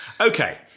Okay